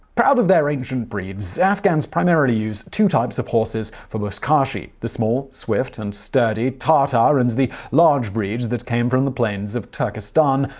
proud of their ancient breeds, afghans primarily use two types of horses in buzkashi the small, swift and sturdy tartar, and the large breed that came from the plains of turkestan,